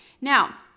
Now